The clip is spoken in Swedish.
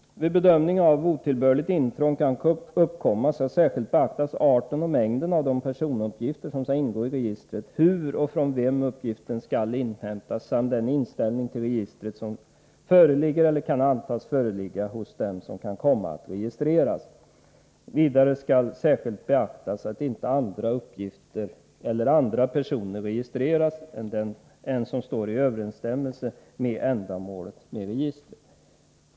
Vid bedömningen av om otillbörligt intrång kan uppkomma skall särskilt beaktas arten och mängden av de personuppgifter som skall ingå i registret, hur och från vem uppgiften skall inhämtas samt den inställning till registret som föreligger eller kan antas föreligga hos den som kan komma att registreras. Vidare skall särskilt beaktas att inte andra personer eller andra uppgifter registreras än de som står i överensstämmelse med registrets ändamål.